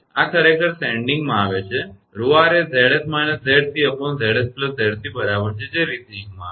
આ ખરેખર સેન્ડીંગમાં આવે છે અને 𝜌𝑟 એ 𝑍𝑠−𝑍𝑐𝑍𝑠𝑍𝑐 બરાબર છે જે રિસીવીંગમાં છે